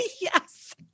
Yes